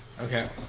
Okay